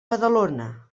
badalona